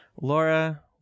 Laura